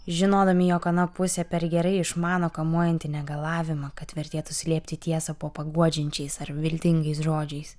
žinodami jog ana pusė per gerai išmano kamuojantį negalavimą kad vertėtų slėpti tiesą po paguodžiančiais ar viltingais žodžiais